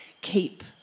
keep